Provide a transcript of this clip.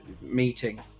meeting